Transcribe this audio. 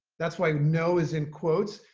that's why, know is in quotes.